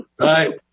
Right